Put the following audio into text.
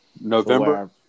November